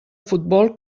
futbol